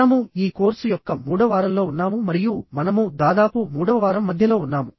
మనము ఈ కోర్సు యొక్క మూడవ వారంలో ఉన్నాము మరియు మనము దాదాపు మూడవ వారం మధ్యలో ఉన్నాము